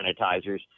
sanitizers